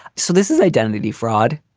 so this is identity fraud.